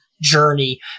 journey